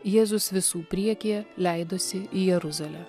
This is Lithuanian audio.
jėzus visų priekyje leidosi į jeruzalę